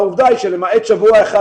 העובדה היא שלמעט שבוע אחד,